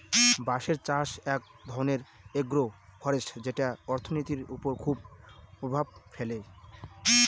বাঁশের চাষ এক ধরনের এগ্রো ফরেষ্ট্রী যেটা অর্থনীতির ওপর খুব প্রভাব ফেলে